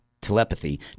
telepathy